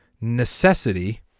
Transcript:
necessity